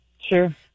Sure